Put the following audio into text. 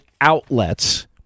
outlets